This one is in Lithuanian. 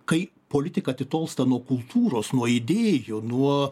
kai politika atitolsta nuo kultūros nuo idėjų nuo